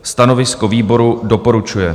Stanovisko výboru: doporučuje.